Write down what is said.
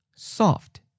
Soft